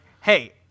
hey